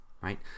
right